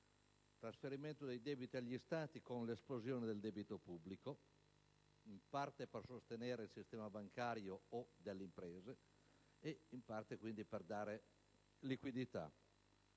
Il trasferimentodei debiti agli Stati è avvenuto con l'esplosione del debito pubblico, in parte per sostenere il sistema bancario o delle imprese e, in parte, quindi, per dare liquidità.